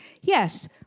Yes